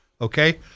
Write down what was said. okay